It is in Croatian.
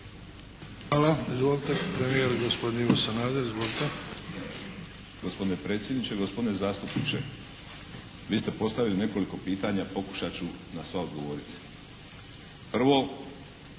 Hvala. Izvolite, premijer gospodin Ivo Sanader. Izvolite. **Sanader, Ivo (HDZ)** Gospodine predsjedniče, gospodine zastupniče, vi ste postavili nekoliko pitanja, pokušati ću na sva odgovoriti. Prvo,